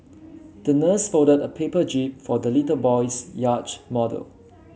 the nurse folded a paper jib for the little boy's yacht model